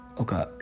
okay